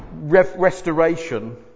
restoration